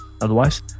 Otherwise